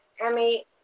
Emmy